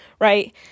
right